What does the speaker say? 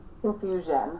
confusion